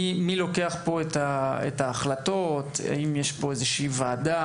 מי לוקח פה את ההחלטות האם יש פה איזושהי ועדה?